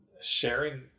sharing